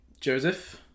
Joseph